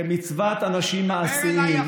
כמצוות אנשים מעשיים,